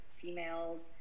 females